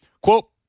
quote